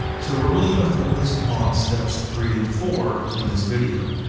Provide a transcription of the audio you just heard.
so we're really gonna focus on steps three and four in this video.